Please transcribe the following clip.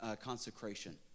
consecration